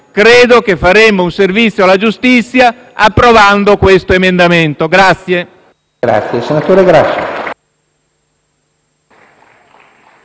Credo che faremmo un servizio alla giustizia approvando l'emendamento in